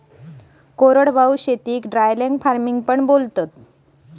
कोरडवाहू शेतीक dryland farming पण बोलतात